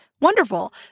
wonderful